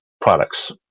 products